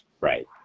Right